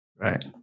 Right